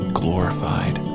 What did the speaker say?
glorified